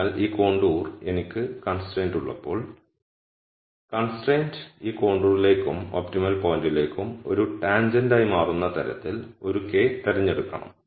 അതിനാൽ ഈ കോണ്ടൂർ എനിക്ക് കൺസ്ട്രൈന്റ് ഉള്ളപ്പോൾ കൺസ്ട്രൈന്റ് ഈ കോണ്ടൂറിലേക്കും ഒപ്റ്റിമൽ പോയിന്റിലേക്കും ഒരു ടാൻജെന്റ് ആയി മാറുന്ന തരത്തിൽ ഒരു k തിരഞ്ഞെടുക്കണം